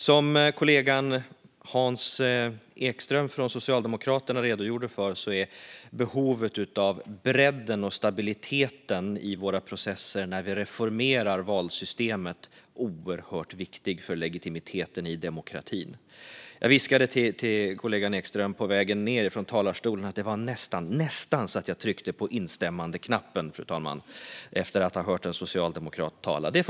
Som kollegan Hans Ekström från Socialdemokraterna redogjorde för behövs bredd och stabilitet i våra processer när vi reformerar valsystemet, något som är oerhört viktigt för legitimiteten i demokratin. Jag viskade till kollegan Ekström när han var på väg ned från talarstolen att jag nästan tryckte på instämmandeknappen för första gången efter att ha hört en socialdemokrat tala.